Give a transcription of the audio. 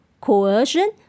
coercion